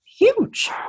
huge